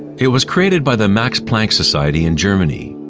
it was created by the max planck society in germany.